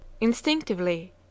instinctively